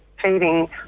feeding